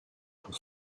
pour